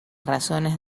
razones